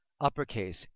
uppercase